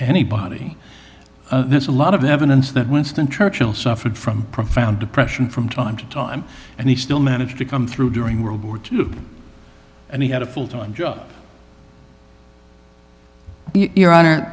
anybody there's a lot of evidence that winston churchill suffered from profound depression from time to time and he still managed to come through during world war two and he had a full time job your honor